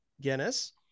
Guinness